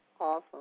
Awesome